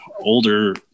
older